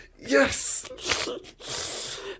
Yes